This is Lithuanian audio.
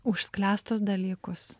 užsklęstus dalykus